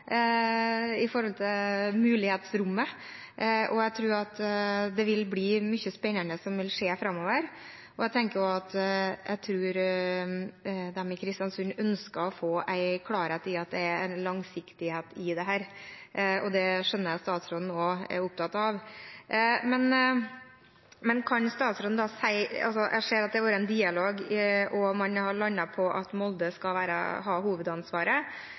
i mulighetsrommet, og jeg tror mye spennende vil skje framover. Jeg tror at de i Kristiansund ønsker å få en klarhet i at det er en langsiktighet i dette. Jeg skjønner at også statsråden er opptatt av det – jeg ser at det har vært en dialog, og man har landet på at Molde skal ha hovedansvaret